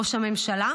ראש הממשלה,